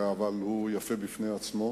אבל הוא יפה בפני עצמו.